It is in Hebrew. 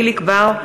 יחיאל חיליק בר,